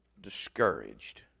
discouraged